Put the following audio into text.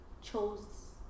chose